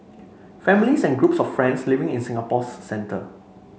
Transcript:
families and groups of friends living in Singapore's centre